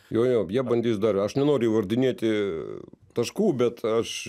jo je jie bandys dar aš nenoriu įvardinėti taškų bet aš